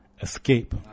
Escape